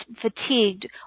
fatigued